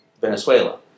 Venezuela